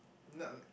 no